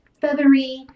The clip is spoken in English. feathery